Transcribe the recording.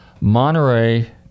Monterey